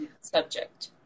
subject